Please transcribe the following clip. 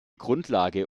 grundlage